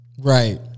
Right